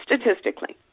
statistically